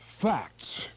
facts